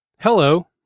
Hello